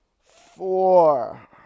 four